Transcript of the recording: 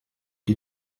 die